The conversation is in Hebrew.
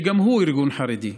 שגם הוא ארגון חרדי,